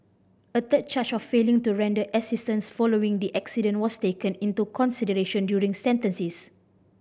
a third charge of failing to render assistance following the accident was taken into consideration during sentences